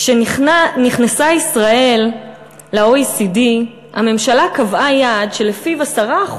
כשנכנסה ישראל ל-OECD הממשלה קבעה יעד שלפיו 10%